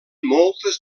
moltes